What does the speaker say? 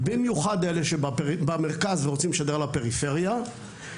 במיוחד אלה שבמרכז ורוצים לשדר לפריפריה,